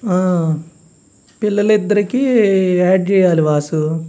ఆ పిల్లలు ఇద్దరికీ యాడ్ చేయ్యాలి వాసు